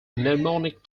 mnemonic